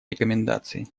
рекомендации